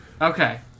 Okay